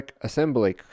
Assembly